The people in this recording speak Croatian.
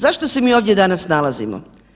Zašto se mi ovdje danas nalazimo?